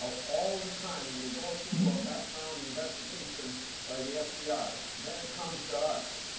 all the time you go through a background investigation by the fbi. then it comes to us.